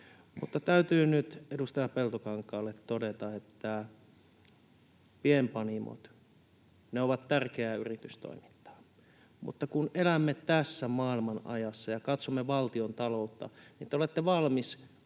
täytyy nyt edustaja Peltokankaalle todeta, että pienpanimot ovat tärkeää yritystoimintaa, mutta kun elämme tässä maailmanajassa ja katsomme valtiontaloutta, niin te olette valmis olutveron